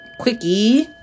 Quickie